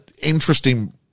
interesting